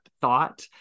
thought